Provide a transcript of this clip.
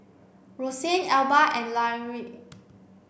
Rosanne Elba and Lyric